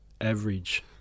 average